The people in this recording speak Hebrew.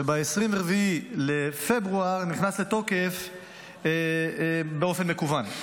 וב-24 בפברואר הוא נכנס לתוקף באופן מקוון,